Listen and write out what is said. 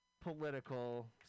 political